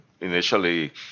initially